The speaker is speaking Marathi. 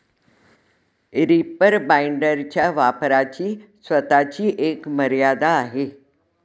रीपर बाइंडरच्या वापराची स्वतःची एक मर्यादा आहे